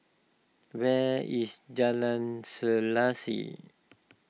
where is Jalan Selaseh